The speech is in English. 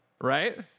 right